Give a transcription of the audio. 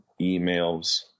emails